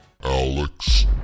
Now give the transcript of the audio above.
Alex